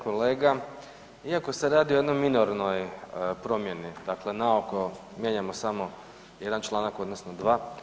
Kolega iako se radi o jednoj minornoj promjeni, dakle naoko mijenjamo samo jedan članak, odnosno dva.